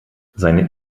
seine